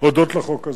הודות לחוק הזה.